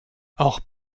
auch